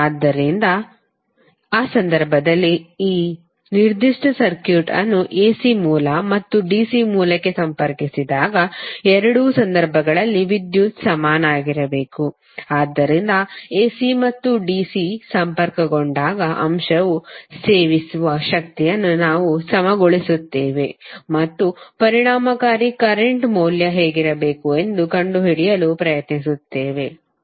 ಆದ್ದರಿಂದ ಆ ಸಂದರ್ಭದಲ್ಲಿ ಈ ನಿರ್ದಿಷ್ಟ ಸರ್ಕ್ಯೂಟ್ ಅನ್ನು ಎಸಿ ಮೂಲ ಮತ್ತು ಡಿಸಿ ಮೂಲಕ್ಕೆ ಸಂಪರ್ಕಿಸಿದಾಗ ಎರಡೂ ಸಂದರ್ಭಗಳಲ್ಲಿ ವಿದ್ಯುತ್ ಸಮಾನವಾಗಿರಬೇಕು ಆದ್ದರಿಂದ ಎಸಿ ಮತ್ತು ಡಿಸಿ ಸಂಪರ್ಕಗೊಂಡಾಗ ಅಂಶವು ಸೇವಿಸುವ ಶಕ್ತಿಯನ್ನು ನಾವು ಸಮಗೊಳಿಸುತ್ತೇವೆ ಮತ್ತು ಪರಿಣಾಮಕಾರಿ ಕರೆಂಟ್ ಮೌಲ್ಯ ಹೇಗಿರಬೇಕು ಎಂದು ಕಂಡುಹಿಡಿಯಲು ಪ್ರಯತ್ನಿಸುತ್ತೇವೆ